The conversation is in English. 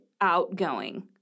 outgoing